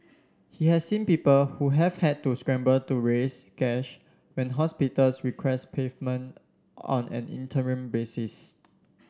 he has seen people who have had to scramble to raise cash when hospitals request payment on an interim basis